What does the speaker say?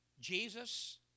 Jesus